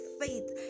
faith